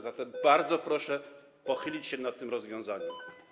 Zatem bardzo proszę pochylić się nad tym rozwiązaniem.